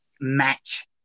match